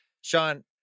sean